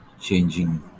changing